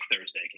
Thursday